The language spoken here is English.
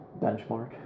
benchmark